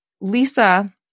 Lisa